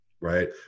right